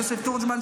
יוסף תורג'מן,